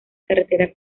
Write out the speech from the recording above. carretera